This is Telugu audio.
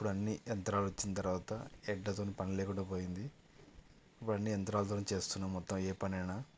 ఇప్పుడు అన్నీ యంత్రాలు వచ్చిన తర్వాత ఎడ్లతోని పనిలేకుండా పోయింది ఇప్పుడు అన్నీ యంత్రాలతోని చేస్తున్నాము మొత్తం ఏ పనైనా